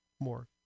More